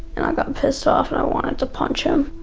and i got pissed off and i wanted to punch him.